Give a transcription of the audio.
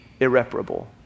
irreparable